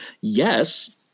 Yes